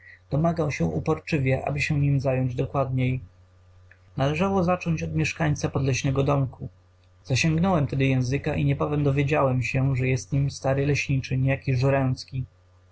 domagał się uporczywie by się nim zająć dokładniej należało zacząć od mieszkańca podleśnego domku zasiągnąłem tedy języka i niebawem dowiedziałem się że jest nim stary leśniczy niejaki